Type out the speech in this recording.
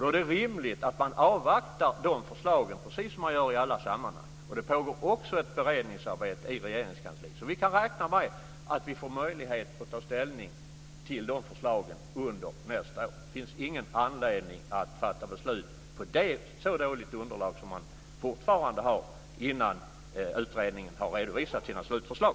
Då är det rimligt att avvakta de förslagen, precis som i andra sammanhang. Det pågår också ett beredningsarbete i Regeringskansliet. Vi kan räkna med att vi får möjlighet att ta ställning till de förslagen under nästa år. Det finns ingen anledning att fatta beslut på så dåligt underlag som man fortfarande har, innan utredningen har redovisat sina slutförslag.